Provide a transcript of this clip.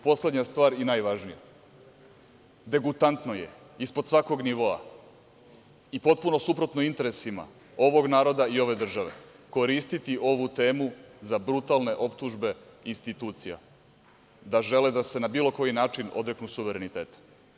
Poslednja stvar i najvažnija, degutantno je, ispod svakog nivoa i potpuno suprotno interesima ovog naroda i ove države koristiti ovu temu za brutalne optužbe institucija da žele da se na bilo koji način odreknu suvereniteta.